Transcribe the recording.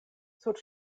sur